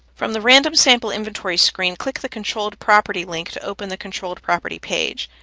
from the random sample inventory screen, click the controlled property link to open the controlled property page.